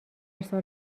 سال